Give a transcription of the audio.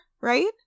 right